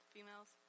Females